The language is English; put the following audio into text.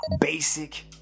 Basic